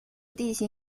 地形